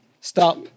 stop